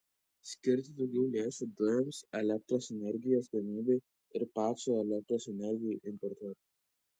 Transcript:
skirti daugiau lėšų dujoms elektros energijos gamybai ir pačiai elektros energijai importuoti